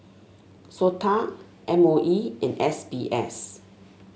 SOTA M O E and S B S